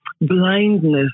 blindness